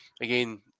again